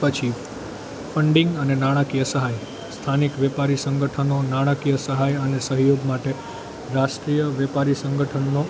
પછી ફન્ડીંગ અને નાણાકીય સહાય સ્થાનિક વેપારી સંગઠનો નાણાકીય સહાય અને સહયોગ માટે રાષ્ટ્રીય વેપારી સંગઠનનો